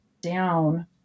down